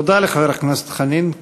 תודה לחבר הכנסת חנין.